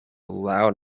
loud